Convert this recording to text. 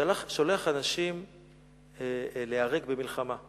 ליהרג במלחמה,